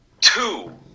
two